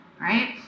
right